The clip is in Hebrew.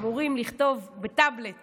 אמורים לכתוב בטאבלט